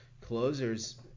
closers